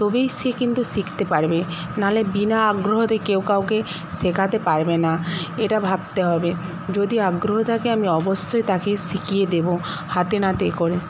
তবেই সে কিন্তু শিখতে পারবে নাহলে বিনা আগ্রহতে কেউ কাউকে শেখাতে পারবে না এটা ভাবতে হবে যদি আগ্রহ থাকে আমি অবশ্যই তাকে শিখিয়ে দেবো হাতে নাতে করে